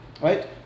right